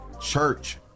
church